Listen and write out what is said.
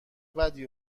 بدی